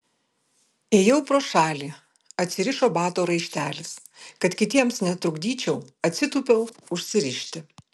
ėjau pro šalį atsirišo bato raištelis kad kitiems netrukdyčiau atsitūpiau užsirišti